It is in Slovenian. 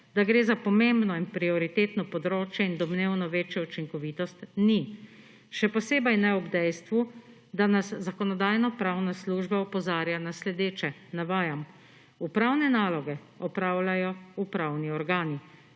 da gre za pomembno in prioritetno področje in domnevno večjo učinkovitost, ni. Še posebej ne ob dejstvu, da nas Zakonodajno-pravna služba opozarja na sledeče. »Upravne naloge opravljajo upravni organi